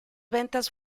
ventas